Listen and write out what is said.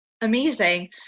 Amazing